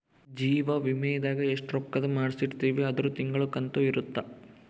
ಜೀವ ವಿಮೆದಾಗ ಎಸ್ಟ ರೊಕ್ಕಧ್ ಮಾಡ್ಸಿರ್ತಿವಿ ಅದುರ್ ತಿಂಗಳ ಕಂತು ಇರುತ್ತ